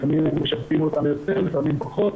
לפעמים הם משפים אותם יותר, לפעמים פחות.